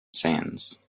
sands